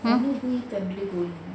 hmm